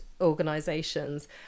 organisations